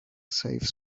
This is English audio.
save